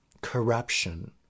corruption